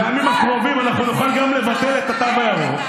אני מקווה שבימים הקרובים אנחנו נוכל גם לבטל את התו הירוק,